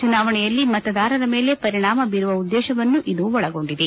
ಚುನಾವಣೆಯಲ್ಲಿ ಮತದಾರರ ಮೇಲೆ ಪರಿಣಾಮ ಬೀರುವ ಉದ್ದೇಶವನ್ನು ಇದು ಒಳಗೊಂಡಿದೆ